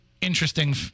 interesting